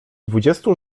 dwudziestu